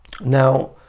now